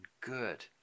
good